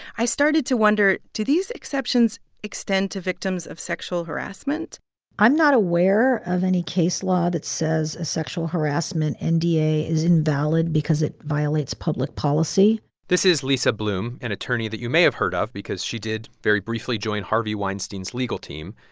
i started to wonder do these exceptions extend to victims of sexual harassment i'm not aware of any case law that says a sexual harassment and nda is invalid because it violates public policy this is lisa bloom, an attorney that you may have heard of because she did very briefly joined harvey weinstein's legal team.